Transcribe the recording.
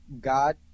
God